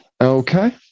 Okay